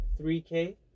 3k